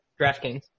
DraftKings